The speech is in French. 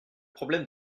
problème